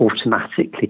automatically